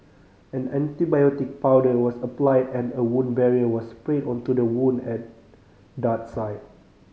an antibiotic powder was applied and a wound barrier was sprayed onto the wound and dart site